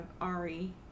Ari